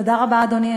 תודה רבה, אדוני.